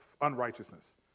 unrighteousness